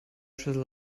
schüssel